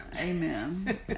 Amen